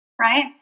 Right